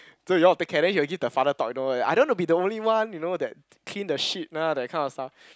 so you all will take care then he will give the father talk you know like I don't want to be the only one you know that clean the shit ah that kind of stuff